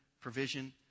provision